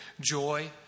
joy